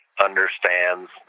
understands